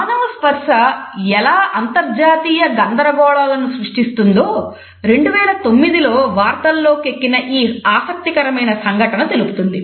మానవ స్పర్శ ఎలా అంతర్జాతీయ గందరగోళాలను సృష్టిస్తుందో 2009 లో వార్తల్లోకెక్కిన ఈ ఆసక్తికరమైన సంఘటన తెలుపుతుంది